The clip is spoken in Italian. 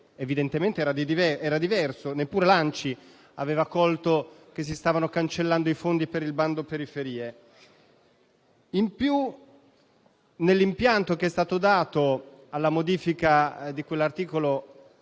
evidentemente, era diverso. Neppure l'ANCI aveva colto che si stavano cancellando i fondi per il bando periferie. In più, nell'impianto che è stato dato alla modifica di quell'articolo, che